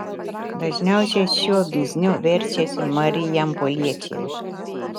dažniausiai šiuo bizniu verčiasi marijampoliečiai